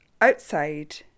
outside